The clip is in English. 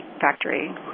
Factory